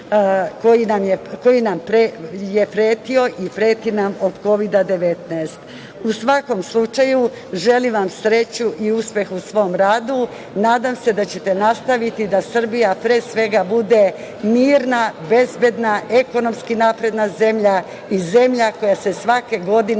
koji nam je pretio i preti nam od kovida 19.U svakom slučaju želim vam sreću i uspeh u svom radu. Nadam se da ćete nastaviti da Srbija, pre svega bude mirna, bezbedna, ekonomski napredna zemlja i zemlja koja se svake godine